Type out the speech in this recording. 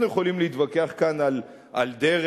אנחנו יכולים להתווכח כאן על דרך,